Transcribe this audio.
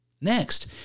Next